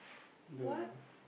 the